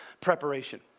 preparation